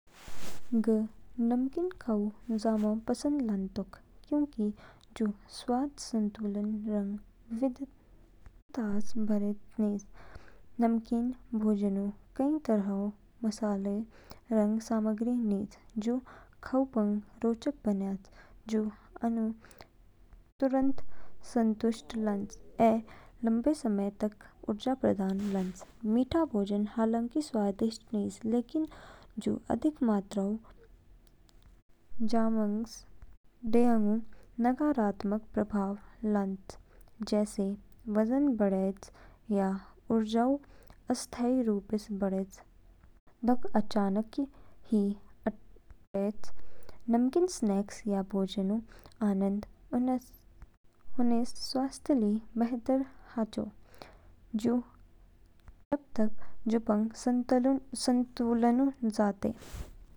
ग नमकीन खाउ जामौ पसंद लानतौक क्योंकि जु स्वाद संतुलित रंग विविधतास भरेच निज। नमकीन भोजनऊ कई तरहो मसाले रंग सामग्री निच, जो खाउ पंग रोचक बनेच। जु औनु तुरंत संतुष्ट लानच ऐ लंबे समय तक ऊर्जा प्रदान लानच। मीठा भोजन हालांकि स्वादिष्ट निज लेकिन जु अधिक मात्रो जामगस डेयाङगु नकारात्मक प्रभाव लानच, जैसे वजन बढ़ेच या ऊर्जा ऊ अस्थायी रूपस बढ़ेच दौक अचानक ही घटैच। नमकीन स्नैक्स या भोजन ऊ आनंद ऊन्नौस स्वास्थ्य ली बेहतर हाचौ। जब तक जु पंग संतुलन ऊ जातए।